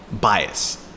bias